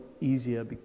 easier